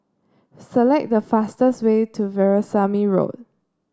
select the fastest way to Veerasamy Road